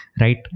right